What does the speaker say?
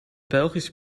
belgisch